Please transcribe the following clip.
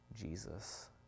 Jesus